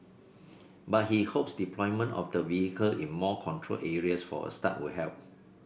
but he hopes deployment of the vehicle in more controlled areas for a start will help